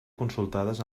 consultades